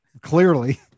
clearly